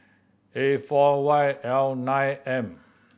A four Y L nine M